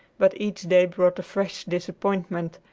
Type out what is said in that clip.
but each day brought a fresh disappointment,